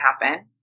happen